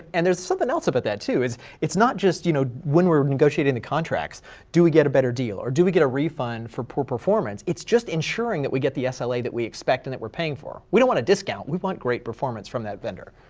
and there's something else about that too. it's it's not just you know when we're negotiating the contracts do we get a better deal? or do we get a refund for poor performance? it's just ensuring that we get the so sla that we expect and that we're paying for. we don't want a discount, we want great performance from that vendor.